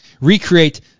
recreate